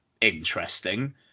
interesting